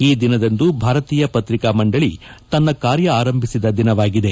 ಈ ದಿನದಂದು ಭಾರತೀಯ ಪತ್ರಿಕಾ ಮಂಡಳಿ ತನ್ನ ಕಾರ್ಯ ಆರಂಭಿಸಿದ ದಿನವಾಗಿದೆ